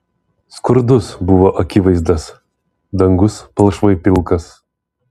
skurdus buvo akivaizdas dangus palšvai pilkas